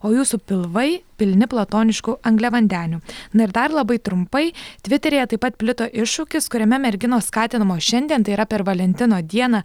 o jūsų pilvai pilni platoniškų angliavandenių na ir dar labai trumpai tviteryje taip pat plito iššūkis kuriame merginos skatinamos šiandien tai yra per valentino dieną